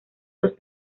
dos